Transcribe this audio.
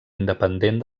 independent